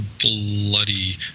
bloody